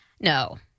No